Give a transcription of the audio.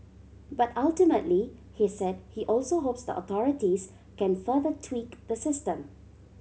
but ultimately he said he also hopes the authorities can further tweak the system